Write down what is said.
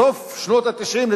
בסוף שנות ה-90,